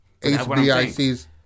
HBICs